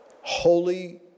Holy